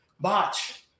botch